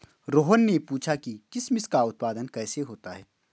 रोहन ने पूछा कि किशमिश का उत्पादन कैसे होता है?